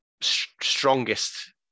strongest